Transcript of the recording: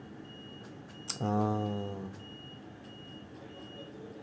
orh